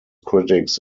critics